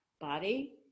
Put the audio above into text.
body